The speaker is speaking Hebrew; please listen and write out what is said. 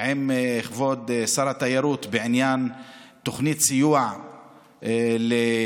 עם כבוד שר התיירות בעניין תוכנית סיוע לנצרת,